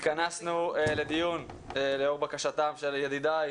התכנסנו לדיון לאור בקשתם של ידידי,